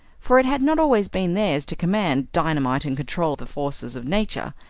for it had not always been theirs to command dynamite and control the forces of nature.